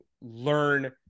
learn